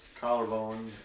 collarbone